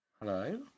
Hello